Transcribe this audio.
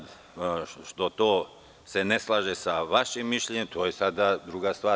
To što se ne slaže sa vašim mišljenjem je sada druga stvar.